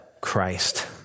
Christ